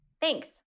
Thanks